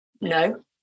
No